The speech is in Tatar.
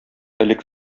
элек